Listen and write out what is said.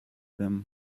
them